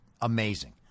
amazing